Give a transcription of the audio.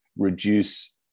reduce